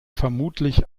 vermutlich